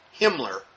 Himmler